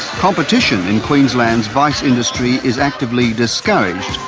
competition in queensland's vice industry is actively discouraged.